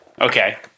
okay